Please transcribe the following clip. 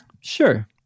Sure